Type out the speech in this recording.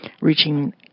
reaching